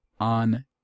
on